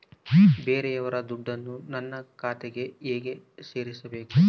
ಬೇರೆಯವರ ದುಡ್ಡನ್ನು ನನ್ನ ಖಾತೆಗೆ ಹೇಗೆ ಸೇರಿಸಬೇಕು?